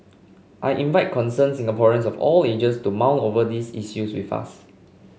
I invite concerned Singaporeans of all ages to mull over these issues with us